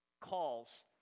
calls